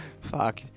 Fuck